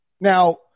Now